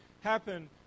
happen